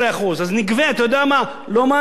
אז נגבה, אתה יודע מה, לא 100 מיליארד,